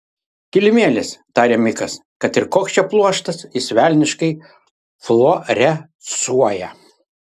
kilimėlis tarė mikas kad ir koks čia pluoštas jis velniškai fluorescuoja